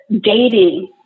dating